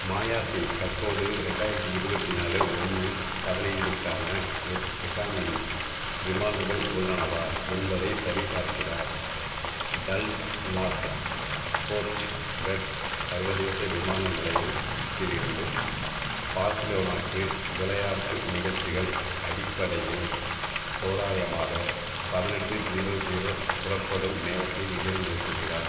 மாயா சிங் தற்போது ரெண்டாயிரத்து இருபத்தி நாலு ஒன்று பதினைத்துக்கான எக் எக்கானமி விமானங்கள் உள்ளனவா என்பதை சரிபார்க்கிறார் டல்லாஸ் போர்ட் வெர்த் சர்வதேச விமான நிலையத்திலிருந்து பார்சிலோனாவுக்கு விளையாட்டு நிகழ்ச்சிகள் அடிப்படையில் தோராயமாக பதினெட்டு ஜீரோ ஜீரோ புறப்படும் நேரத்தை எதிர்நோக்குகிறார்